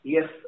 Yes